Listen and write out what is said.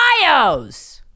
bios